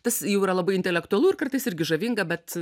tas jau yra labai intelektualu ir kartais irgi žavinga bet